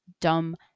dumb